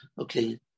okay